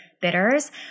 bitters